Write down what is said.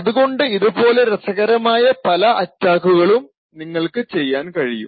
അതുകൊണ്ട് ഇത് പോലെ രസകരമായ പല അറ്റാക്കുകളും നിങ്ങള്ക്ക് ചെയ്യാൻ കഴിയും